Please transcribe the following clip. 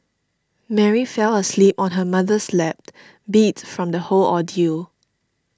Mary fell asleep on her mother's lap beat from the whole ordeal